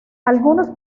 algunos